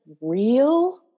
real